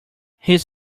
his